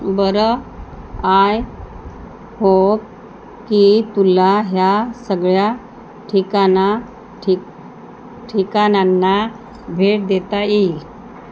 बरं आहे हो की तुला ह्या सगळ्या ठिकाणा ठिक ठिकाणांना भेट देता येईल